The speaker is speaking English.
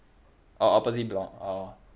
oh opposite block oh